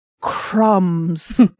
crumbs